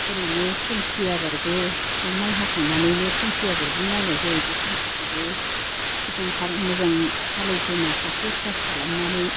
ओरैनो थेमसि आबादबो बे माइ हाखांनानैनो थेमसि आबादबो मावनाय जायो बे थेमसिखौबो सिगां हाल मोजां हालौग्रोना हाखौ सास खालामनानै